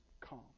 calm